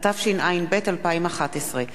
התשע”ב 2011,